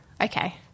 okay